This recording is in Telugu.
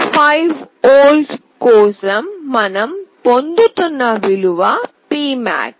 5 వోల్ట్ కోసం మనం పొందుతున్న విలువ P max